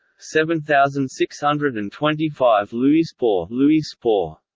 seven thousand six hundred and twenty five louisspohr louisspohr